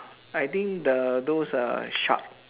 I think the those uh shark